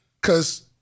Cause